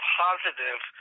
positive